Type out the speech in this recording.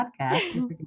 podcast